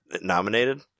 nominated